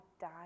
die